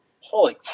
Holy